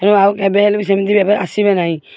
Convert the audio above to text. ତେଣୁ ଆଉ କେବେ ହେଲେବି ସେମିତି ଭାବେ ଆସିବେ ନାହିଁ